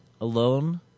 alone